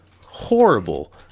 horrible